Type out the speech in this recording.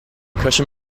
cushion